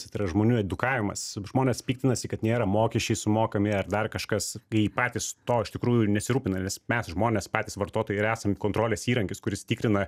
tai yra žmonių edukavimas žmonės piktinasi kad nėra mokesčiai sumokami ar dar kažkas kai patys to iš tikrųjų nesirūpina nes mes žmonės patys vartotojai ir esam kontrolės įrankis kuris tikrina